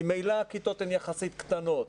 ממילא הכיתות הן יחסית קטנות,